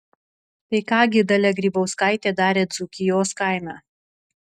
tai ką gi dalia grybauskaitė darė dzūkijos kaime